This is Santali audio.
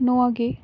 ᱱᱚᱣᱟ ᱜᱮ